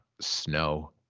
snow